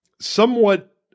somewhat